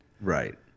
Right